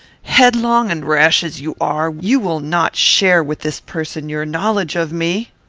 headlong and rash as you are, you will not share with this person your knowledge of me?